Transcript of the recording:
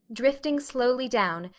drifting slowly down,